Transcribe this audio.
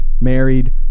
married